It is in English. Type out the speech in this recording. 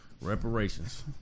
Reparations